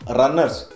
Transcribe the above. runners